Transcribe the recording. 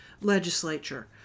legislature